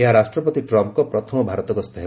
ଏହା ରାଷ୍ଟ୍ରପତି ଟ୍ରମ୍ପଙ୍କ ପ୍ରଥମ ଭାରତ ଗସ୍ତ ହେବ